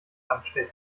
anstechen